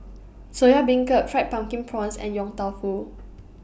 Soya Beancurd Fried Pumpkin Prawns and Yong Tau Foo